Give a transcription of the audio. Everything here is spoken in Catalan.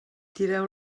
tireu